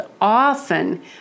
often